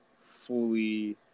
fully